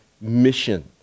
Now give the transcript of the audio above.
mission